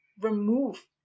remove